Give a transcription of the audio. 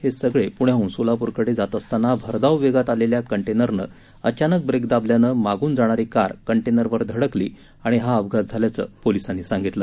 हे सगळे पुण्याहून सोलापूरकडे जात असतांना भरधाव वेगात असलेल्या कंटेनरने अचानक ब्रेक दाबल्यानं मागून जाणारी कार कंटेनरवर धडकली आणि हा अपघात झाल्याचं पोलिसांनी सांगितलं